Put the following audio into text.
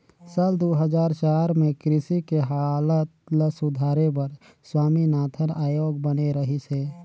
साल दू हजार चार में कृषि के हालत ल सुधारे बर स्वामीनाथन आयोग बने रहिस हे